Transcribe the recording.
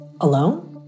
alone